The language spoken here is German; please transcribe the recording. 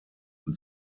und